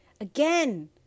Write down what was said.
again